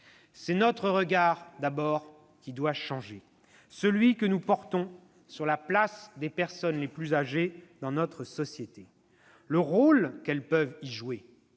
C'est notre regard qui doit changer, celui que nous portons sur la place des personnes âgées dans notre société, le rôle qu'elles peuvent y jouer.